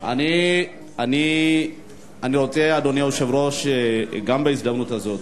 אני רוצה, אדוני היושב-ראש, גם, בהזדמנות הזאת